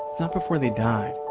not before they died,